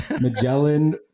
Magellan